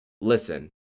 listen